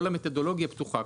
כל המתודולוגיה פתוחה,